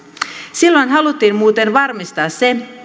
silloin haluttiin muuten varmistaa se